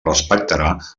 respectarà